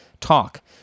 talk